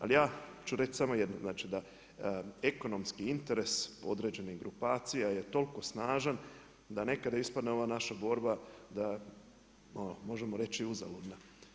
Ali ja ću reći samo jedno, da ekonomski interes određenih grupacija je toliko snažan da nekada ispadne ova naša borba da možemo reći uzaludna.